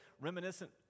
reminiscent